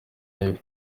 mibi